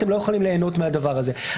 אתם לא יכולים ליהנות מהדבר הזה.